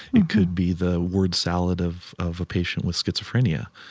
it could be the word salad of of a patient with schizophrenia.